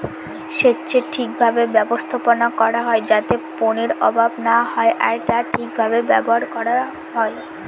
সেচের ঠিক ভাবে ব্যবস্থাপনা করা হয় যাতে পানির অভাব না হয় আর তা ঠিক ভাবে ব্যবহার করা হয়